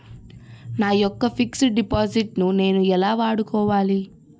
నా యెక్క fixed deposit ను నేను ఎలా వాడుకోవాలి?